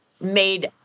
made